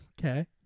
Okay